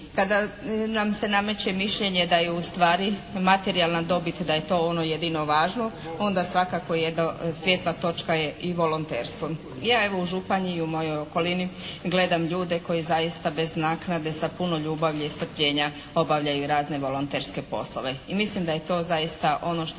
kada nam se nameće mišljenje da je ustvari materijalna dobit da je to ono jedino važno onda svakako jedna svijetla točka je i volonterstvo. Ja evo u Županji i u mojoj okolini gledam ljude koji zaista bez naknade sa puno ljubavi i strpljenja obavljaju razne volonterske poslove. I mislim da je to zaista ono što